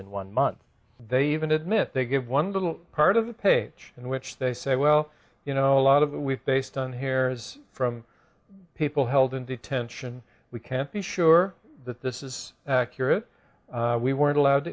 xin one month they even admit they give one little part of the page in which they say well you know a lot of that we've based on here is from people held in detention we can't be sure that this is accurate we weren't allowed to